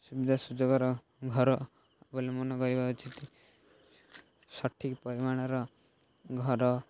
ସୁବିଧା ସୁଯୋଗର ଘର ଅବଲମ୍ବନ କରିବା ଉଚିତ୍ ସଠିକ୍ ପରିମାଣର ଘର